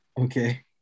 Okay